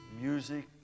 music